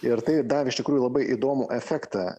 ir tai davė iš tikrųjų labai įdomų efektą